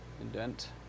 indent